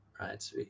right